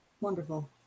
Wonderful